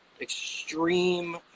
extreme